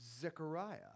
Zechariah